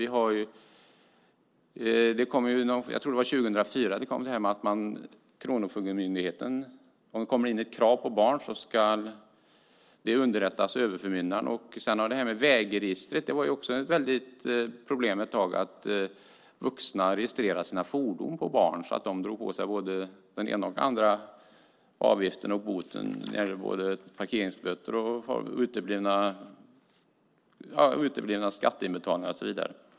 År 2004, tror jag, kom detta att Kronofogdemyndigheten ska underrätta överförmyndaren om det kommer in ett krav på barn. Sedan var det ett tag ett problem att vuxna registrerade sina fordon på barn, så att barnen drog på sig skulder för parkeringsböter, uteblivna skatteinbetalningar och så vidare.